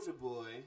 Boy